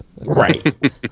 Right